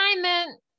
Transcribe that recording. assignment